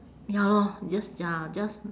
ya lor just ya just